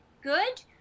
good